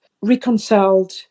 reconciled